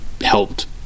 helped